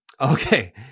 Okay